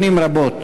שנים רבות,